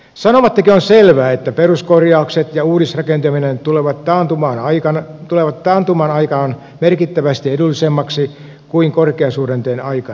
sanomattakin on selvää että peruskorjaukset ja uudisrakentaminen tulevat taantuman aikaan merkittävästi edullisemmaksi kuin korkeasuhdanteen aikana